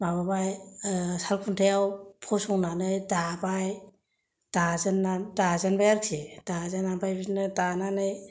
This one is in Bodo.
माबाबाय सालखुनथायाव फसंनानै दाबाय दाजेननानै दाजेनबाय आरोखि दाजेननानै ओमफ्राय बिदिनो दानानै